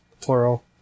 plural